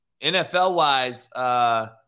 NFL-wise